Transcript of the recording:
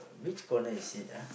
which corner is it ah